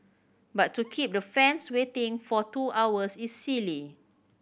but to keep the fans waiting for two hours is silly